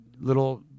little